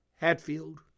Hatfield